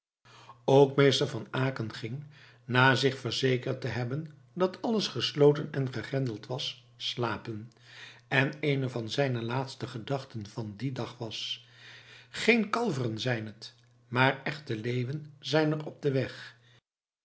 ook meester van aecken ging na zich verzekerd te hebben dat alles gesloten en gegrendeld was slapen en eene van zijne laatste gedachten van dien dag was geen kalveren zijn het maar echte leeuwen zijn er op den weg